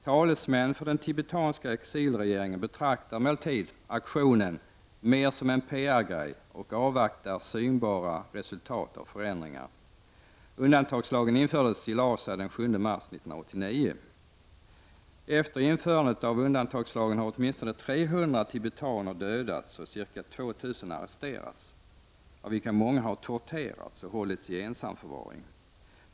Talesmän för den tibetanska exilregeringen betraktar emellertid aktionen mer som en PR-grej och avvaktar synbara resultat av förändringar. Undantagslagen infördes i Lhasa den 7 mars 1989. Efter införandet av undantagslagen har åtminstone 300 tibetaner dödats och ca 2 000 arresterats av vilka många har torterats och hållits i ensamförvaring.